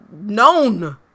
known